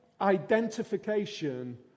identification